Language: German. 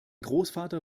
großvater